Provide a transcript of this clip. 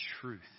truth